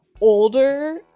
older